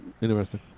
Interesting